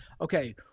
okay